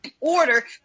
order